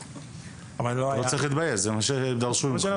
אתה לא צריך להתבייש, זה מה שדרשו.